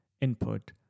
input